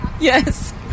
Yes